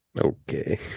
Okay